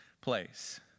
place